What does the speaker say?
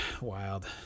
Wild